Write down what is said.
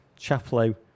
Chaplow